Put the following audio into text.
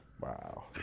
wow